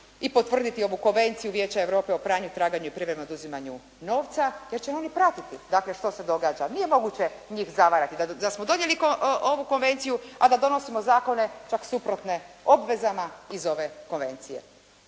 i potvrditi ovu konvenciju Vijeća Europe o pranju, traganju i privremenom oduzimanju novca, jer će oni pratiti, dakle što se događa. Nije moguće njih zavarati da smo donijeli ovu konvenciju, a da donosimo zakone čak suprotne obvezama iz ove konvencije.